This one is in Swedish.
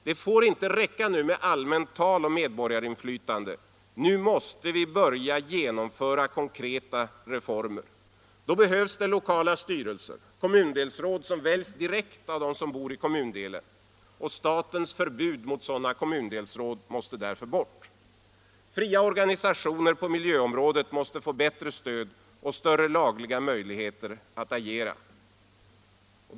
Nu får det inte räcka med allmänt tal om medborgarinflytande. Nu måste vi börja genomföra konkreta reformer. Då behövs det lokala styrelser — kommundelsråd — som väljs direkt av dem som bor i kommundelen. Statens förbud mot sådana kommundelsråd måste bort. Fria organisationer på miljöområdet måste få bättre stöd och större lagliga möjligheter att agera.